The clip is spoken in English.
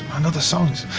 another song,